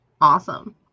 awesome